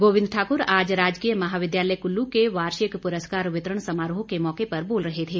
गोविंद ठाकुर आज राजकीय महाविद्यालय कुल्लू के वार्षिक पुरस्कार वितरण समारोह के मौके पर बोल रहे थे